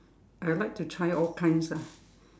I like to try all kinds lah